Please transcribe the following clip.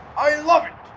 i love it!